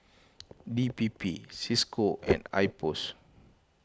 D P P Cisco and Ipos